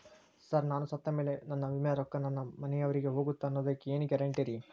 Sir ನಾನು ಸತ್ತಮೇಲೆ ನನ್ನ ವಿಮೆ ರೊಕ್ಕಾ ನನ್ನ ಮನೆಯವರಿಗಿ ಹೋಗುತ್ತಾ ಅನ್ನೊದಕ್ಕೆ ಏನ್ ಗ್ಯಾರಂಟಿ ರೇ?